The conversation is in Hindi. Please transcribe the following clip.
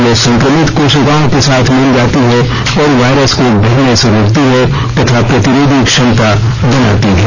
यह संक्रमित कोशिकाओं के साथ मिल जाती है और वायरस को बढ़ने से रोकती है तथा प्रतिरोधी क्षमता बनाती है